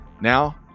Now